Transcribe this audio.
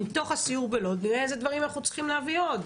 מתוך הסיור בלוד נראה איזה דברים אנחנו צריכים להביא עוד.